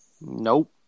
Nope